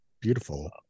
Beautiful